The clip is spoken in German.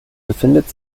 befindet